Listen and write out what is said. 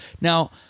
Now